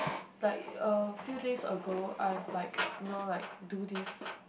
like a few days ago I was like you know like do this